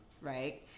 Right